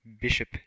Bishop